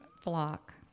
flock